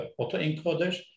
autoencoder